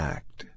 Act